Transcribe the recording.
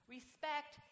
Respect